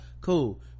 cool